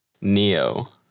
Neo